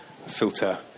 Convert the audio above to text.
filter